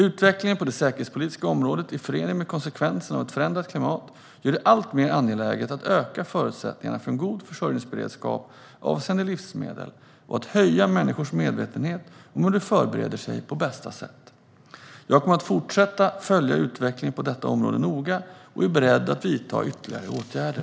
Utvecklingen på det säkerhetspolitiska området i förening med konsekvenserna av ett förändrat klimat gör det alltmer angeläget att öka förutsättningarna för en god försörjningsberedskap avseende livsmedel och att öka människors medvetenhet om hur de förbereder sig på bästa sätt. Jag kommer att fortsätta följa utvecklingen på detta område noga och är beredd att vidta ytterligare åtgärder.